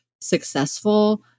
successful